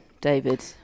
David